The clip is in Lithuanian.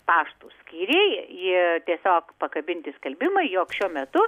pašto skyriai jie tiesiog pakabinti skelbimai jog šiuo metu